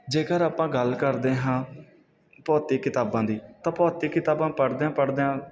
ਜੇਕਰ ਆਪਾਂ ਗੱਲ ਕਰਦੇ ਹਾਂ ਭੌਤਿਕ ਕਿਤਾਬਾਂ ਦੀ ਤਾਂ ਭੌਤਿਕ ਕਿਤਾਬਾਂ ਪੜ੍ਹਦਿਆਂ ਪੜ੍ਹਦਿਆਂ